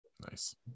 Nice